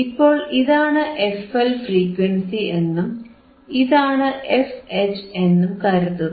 ഇപ്പോൾ ഇതാണ് fL frequency എന്നും ഇതാണ് fH എന്നും കരുതുക